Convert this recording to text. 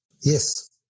Yes